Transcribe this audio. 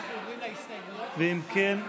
אם כן,